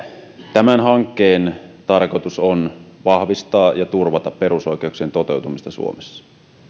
tämän hankkeen tarkoitus on vahvistaa ja turvata perusoikeuksien toteutumista suomessa